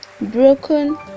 broken